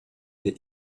the